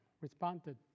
responded